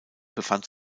befand